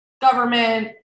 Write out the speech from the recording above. government